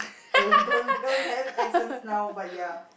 don't don't don't have accents now but ya